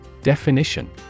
Definition